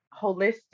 holistic